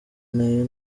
nayo